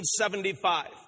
1975